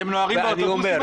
אבל אתם נוהרים באוטובוסים?